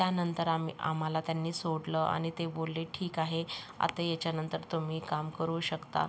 त्यानंतर आम्ही आम्हाला त्यांनी सोडलं आणि ते बोलले ठीक आहे आता याच्यानंतर तुम्ही काम करू शकता